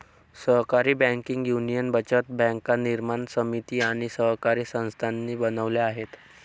सहकारी banking union बचत बँका निर्माण समिती आणि सहकारी संस्थांनी बनवल्या आहेत